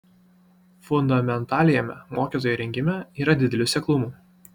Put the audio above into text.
fundamentaliajame mokytojų rengime yra didelių seklumų